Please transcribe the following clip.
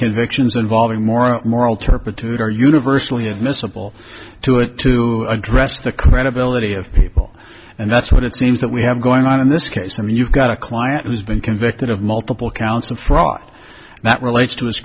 convictions involving more moral turpitude are universally admissible to it to address the credibility of people and that's what it seems that we have going on in this case i mean you've got a client who's been convicted of multiple counts of fraud that relates to his